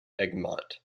egmont